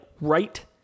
right